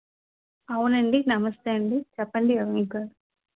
అవునండి నమస్తే అండీ చెప్పండి ఎవరు మీకు